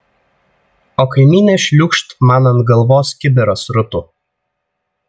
o kaimynė šliūkšt man ant galvos kibirą srutų